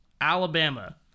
Alabama